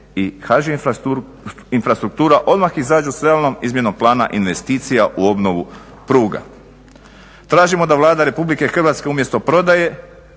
i HŽ infrastruktura odmah izađu sa realnom izmjenom plana investicija u obnovu pruga. Tražimo da Vlada Republike Hrvatske umjesto prodaje